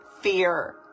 fear